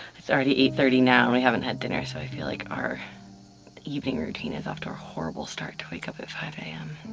it's already eight thirty now and we haven't had dinner so i feel like our evening routine is off to a horrible start to wake up at five a m.